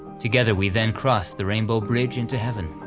together we then crossed the rainbow bridge into heaven,